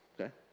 Okay